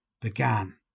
began